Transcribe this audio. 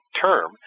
term